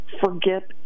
Forget